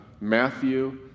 Matthew